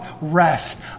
rest